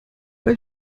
weil